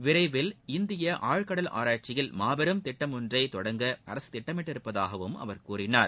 விரைவில் இந்திய ஆழ்கடல் ஆராய்ச்சியில் மாபெரும் திட்டம் ஒன்றை தொடங்க திட்டமிட்டுள்ளதாகவும் அவர் கூறினார்